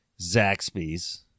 Zaxby's